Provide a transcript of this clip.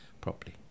properly